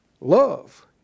Love